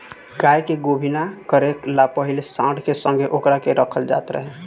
गाय के गोभिना करे ला पाहिले सांड के संघे ओकरा के रखल जात रहे